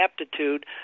aptitude